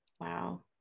wow